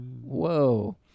Whoa